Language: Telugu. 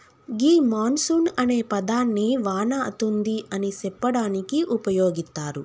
గీ మాన్ సూన్ అనే పదాన్ని వాన అతుంది అని సెప్పడానికి ఉపయోగిత్తారు